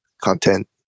content